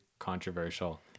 controversial